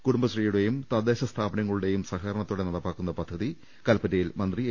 കുടുംബശ്രീയുടെയും തദ്ദേശസ്ഥാപ നങ്ങളുടെയും സഹകരണത്തോടെ നടപ്പാക്കുന്ന പദ്ധതി കൽപ്പറ്റയിൽ മന്ത്രി എ